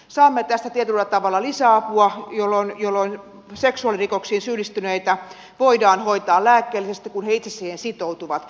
saamme tästä tietyllä tavalla lisäapua jolloin seksuaalirikoksiin syyllistyneitä voidaan hoitaa lääkkeellisesti kun he itse siihen sitoutuvat